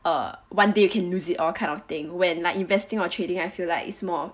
err one day you can lose it all kind of thing where like investing or trading I feel like it's more